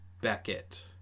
Beckett